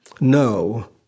No